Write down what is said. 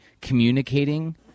communicating